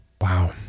Wow